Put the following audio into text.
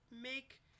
Make